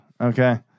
okay